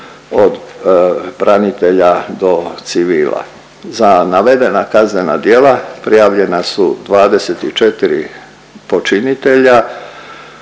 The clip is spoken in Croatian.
od branitelja do civila. Za navedena kaznena djela prijavljena su 24 počinitelja